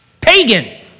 Pagan